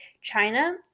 China